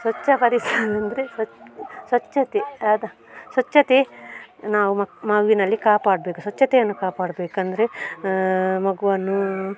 ಸ್ವಚ್ಛ ಪರಿಸರ ಅಂದರೆ ಸ್ವಚ್ಛತೆ ಅದು ಸ್ವಚ್ಛತೆ ನಾವು ಮಗುವಿನಲ್ಲಿ ಕಾಪಾಡಬೇಕು ಸ್ವಚ್ಛತೆಯನ್ನು ಕಾಪಾಡಬೇಕು ಅಂದರೆ ಮಗುವನ್ನು